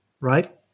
right